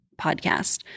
podcast